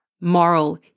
moral